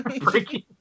Breaking